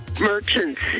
merchants